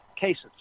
cases